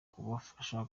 kubafasha